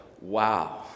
wow